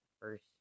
first